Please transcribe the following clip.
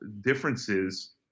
differences